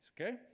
Okay